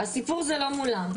הסיפור זה לא מולם,